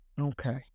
Okay